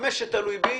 במה שתלוי בי,